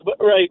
right